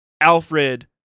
Alfred